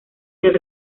del